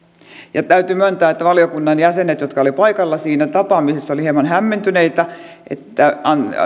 ja täytyy myöntää että valiokunnan jäsenet jotka olivat paikalla siinä tapaamisessa olivat hieman hämmentyneitä että